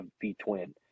v-twin